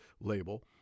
label